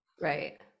right